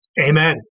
Amen